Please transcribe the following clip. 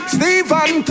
Stephen